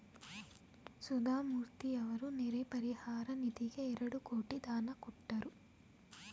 ಸುಧಾಮೂರ್ತಿಯವರು ನೆರೆ ಪರಿಹಾರ ನಿಧಿಗೆ ಎರಡು ಕೋಟಿ ದಾನ ಕೊಟ್ಟರು